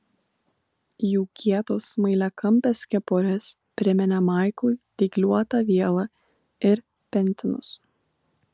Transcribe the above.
jų kietos smailiakampės kepurės priminė maiklui dygliuotą vielą ir pentinus